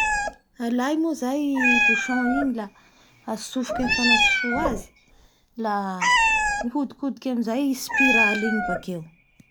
Alay moa zay i bouchon igny la aotsofiky amin'ny fanatsofoa azy la mihodikodiky amizay i spirale-y igny bakeo